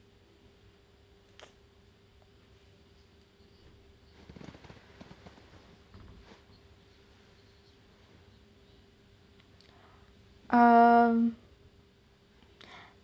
um